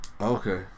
Okay